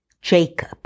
Jacob